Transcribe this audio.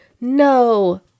No